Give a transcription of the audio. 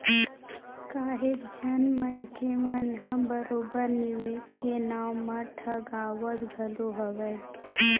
काहेच झन मनखे मन ह बरोबर निवेस के नाव म ठगावत घलो हवय